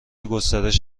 گسترش